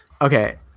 okay